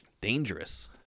Dangerous